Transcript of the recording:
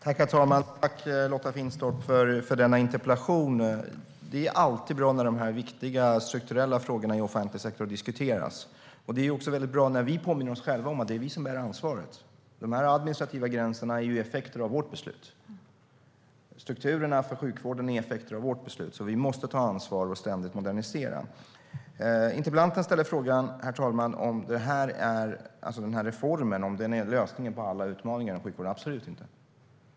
Herr talman! Tack, Lotta Finstorp, för denna interpellation! Det är alltid bra när de viktiga strukturella frågorna i offentlig sektor diskuteras. Det är också väldigt bra när vi påminner oss själva om att det är vi som bär ansvaret. De administrativa gränserna är effekter av vårt beslut. Strukturerna för sjukvården är effekter av vårt beslut. Vi måste därför ta ansvar och ständigt modernisera. Interpellanten ställer frågan, herr talman, om den här reformen är lösningen på alla utmaningar inom sjukvården. Svaret är: absolut inte.